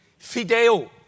Fideo